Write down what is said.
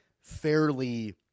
fairly